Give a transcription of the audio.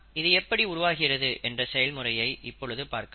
இது எப்படி உருவாகிறது என்ற செயல்முறையை இப்பொழுது பார்க்கலாம்